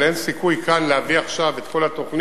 אבל אין סיכוי להביא כאן עכשיו את כל התוכנית.